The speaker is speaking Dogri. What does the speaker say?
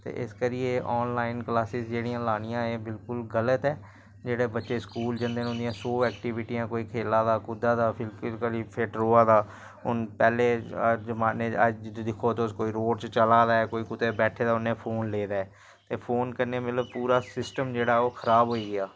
ते इस करियै एह् आनलाइन क्लासिस जेह्ड़ियां लानियां एह् बिल्कुल गल्त ऐ जेह्ड़े बच्चे स्कूल जंदे न उं'दियां कोई सौ ऐक्टीविटियां कोई खेला दा कुद्दा दा फिजिकली फिट्ट र'वा दा हून पैह्ले जमान्ने च अज्ज दिक्खो तुस कोई रोड़ च चला दा ऐ कोई कुतै बैठे दा उ'न्नै फोन ले दा ऐ ते फोन कन्नै मतलब पूरा सिस्टम जेह्ड़ा ऐ ओह् खराब होई गेआ